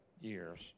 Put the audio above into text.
years